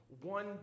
one